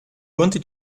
wanted